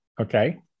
Okay